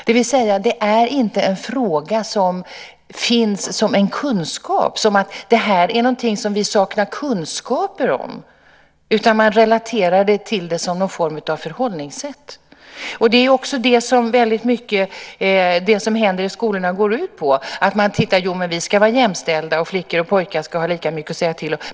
Det är alltså inte en fråga som finns som en kunskap, som att det är någonting som man saknar kunskaper om, utan man relaterar det till det som någon form av förhållningssätt. Det är också det som väldigt mycket av det som händer i skolorna går ut på: Jo, men vi ska vara jämställda, och flickor och pojkar ska ha lika mycket att säga till om.